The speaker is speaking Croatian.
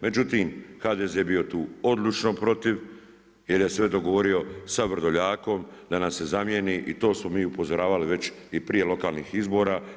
Međutim, HDZ je bio tu odlučno protiv jer je sve dogovorio sa Vrdoljakom da nas se zamjeni i to smo mi upozoravali već i prije lokalnih izbora.